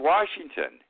Washington